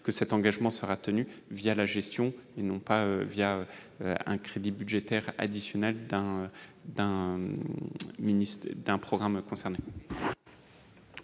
; cet engagement sera tenu la gestion et non pas un crédit budgétaire additionnel d'un programme.